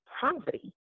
poverty